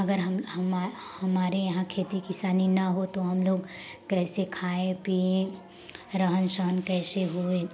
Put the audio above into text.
अगर हम हमारे यहाँ खेती किसानी ना हो तो हम लोग कैसे खाए पियें रहन सहन कैसे हुए